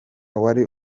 wari